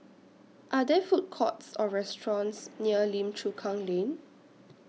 Are There Food Courts Or restaurants near Lim Chu Kang Lane